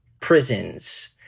prisons